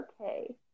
Okay